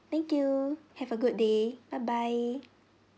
thank you have a good day bye bye